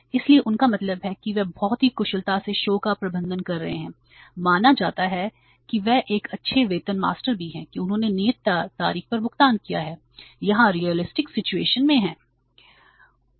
इसलिए उनका मतलब है कि वे बहुत ही कुशलता से शो का प्रबंधन कर रहे हैं माना जाता है कि वे एक अच्छे वेतन मास्टर भी हैं कि उन्होंने नियत तारीख पर भुगतान किया है जहां यथार्थवादी स्थिति में है